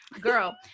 girl